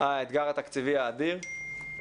האתגר התקציבי האדיר.